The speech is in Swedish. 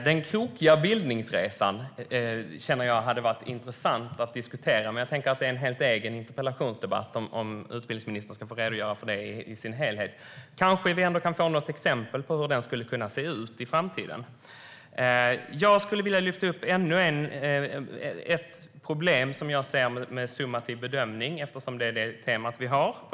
Herr talman! Det hade varit intressant att diskutera den krokiga bildningsresan. Men det får nog bli en helt egen interpellationsdebatt om utbildningsministern ska få redogöra för det i dess helhet. Men vi kanske kan få något exempel på hur detta skulle kunna se ut i framtiden. Jag skulle vilja lyfta fram ännu ett problem som jag ser med en summativ bedömning, eftersom det är detta tema som vi har.